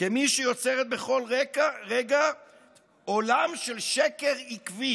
כמי שיוצרת בכל רגע עולם של שקר עקבי